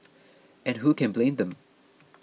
and who can blame them